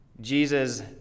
Jesus